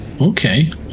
Okay